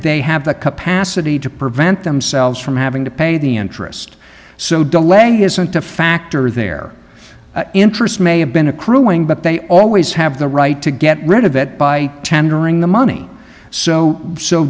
they have the capacity to prevent themselves from having to pay the interest so delay isn't a factor their interest may have been accruing but they always have the right to get rid of it by tendering the money so so